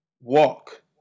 walk